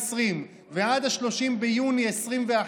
2020 ועד 30 ביוני 2021,